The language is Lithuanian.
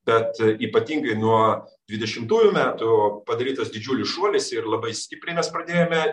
bet ypatingai nuo dvidešimtųjų metų padarytas didžiulis šuolis ir labai stipriai nes pradėjome